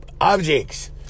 objects